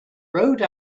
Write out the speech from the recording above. rode